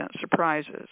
surprises